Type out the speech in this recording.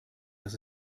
das